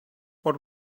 what